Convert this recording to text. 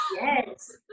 Yes